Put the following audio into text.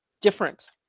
different